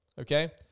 okay